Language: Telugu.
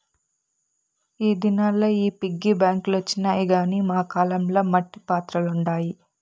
ఈ దినాల్ల ఈ పిగ్గీ బాంక్ లొచ్చినాయి గానీ మా కాలం ల మట్టి పాత్రలుండాయి